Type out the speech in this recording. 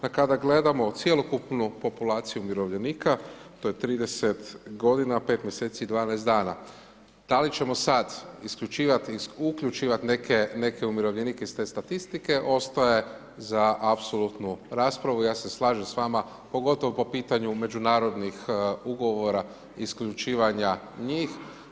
Da kada gledamo cjelokupnu populaciju umirovljenika, to je 30 godina, 5 mjeseci i 12 dana, da li ćemo sad isključivati, uključivati neke umirovljenike iz te statistike, ostaje za apsolutnu raspravu, ja se slažem s vama pogotovo po pitanju međunarodnih ugovora isključivanja njih.